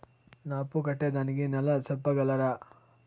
నా అప్పు కట్టేదానికి నెల సెప్పగలరా?